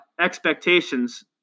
expectations –